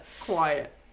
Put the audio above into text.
quiet